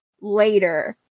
later